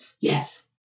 Yes